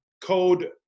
code